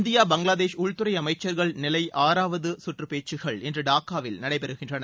India Bangladesh உள்துறை அமைச்சர்கள் நிலை ஆறாவது சுற்றுப் பேச்சுக்கள் இன்று டாக்காவில் நடைபெறுகின்றன